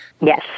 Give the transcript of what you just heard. Yes